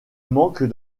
manque